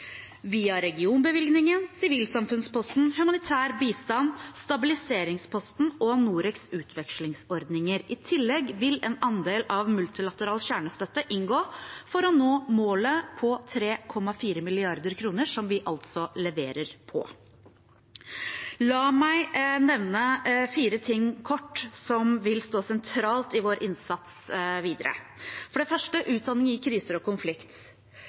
via regionbevilgningen, sivilsamfunnsposten, humanitær bistand, stabiliseringsposten og Norecs utvekslingsordninger. I tillegg vil en andel av multilateral kjernestøtte inngå for å nå målet om 3,4 mrd. kr, som vi altså leverer på. La meg kort nevne fire ting som vil stå sentralt i vår innsats videre, for det første utdanning i kriser og konflikt.